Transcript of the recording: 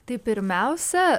tai pirmiausia